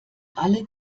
alle